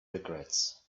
regrets